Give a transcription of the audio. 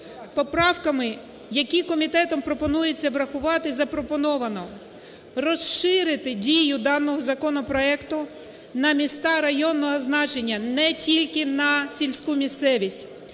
Поправками, які комітетом пропонується врахувати, запропоновано розширити дію даного законопроекту на міста районного значення, не тільки на сільську місцевість.